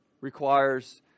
requires